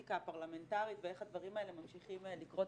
לפוליטיקה הפרלמנטרית ואיך הדברים האלה ממשיך לקרות